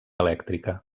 elèctrica